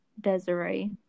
Desiree